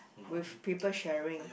with people sharing